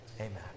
Amen